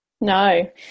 no